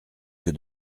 que